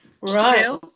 Right